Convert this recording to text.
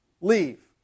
Leave